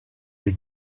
your